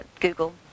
Google